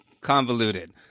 convoluted